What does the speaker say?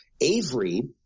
Avery